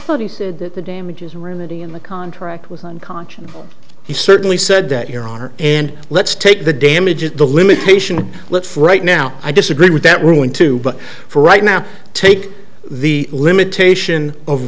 thought he said that the damages remedy in the contract was unconscionable he certainly said that your honor and let's take the damages the limitation let's right now i disagree with that ruling too but for right now take the limitation of